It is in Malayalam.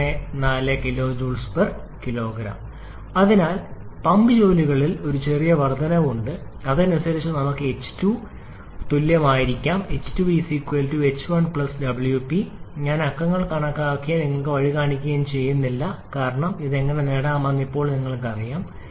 14 𝑘𝐽 kg അതിനാൽ പമ്പ് ജോലികളിൽ ഒരു ചെറിയ വർദ്ധനവ് ഉണ്ട് അതിനനുസരിച്ച് നമുക്ക് h2 ന് തുല്യമായി കണക്കാക്കാം h2 ℎ1 𝑊𝑃 ഞാൻ അക്കങ്ങൾ കണക്കാക്കുകയും നിങ്ങൾക്ക് വഴി കാണിക്കുകയും ചെയ്യുന്നില്ല കാരണം ഇത് എങ്ങനെ നേടാമെന്ന് ഇപ്പോൾ നിങ്ങൾക്കറിയാം